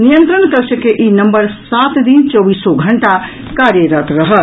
नियंत्रण कक्ष के ई नम्बर सात दिन चौबीसो घंटा कार्यरत रहत